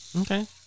Okay